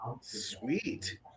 sweet